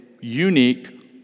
unique